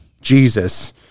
Jesus